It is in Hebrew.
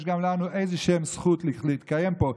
יש גם לנו איזושהי זכות להתקיים פה.